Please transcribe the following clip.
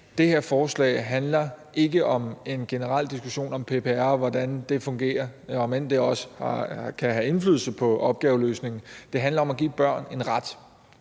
det her forslag handler ikke om en generel diskussion om PPR, og hvordan det fungerer, om end det også kan have indflydelse på opgaveløsningen. Det handler om at give børn en ret